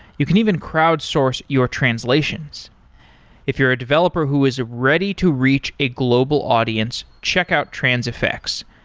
you can even crowdsource your translations if you're a developer who is ready to reach a global audience, check out transifex.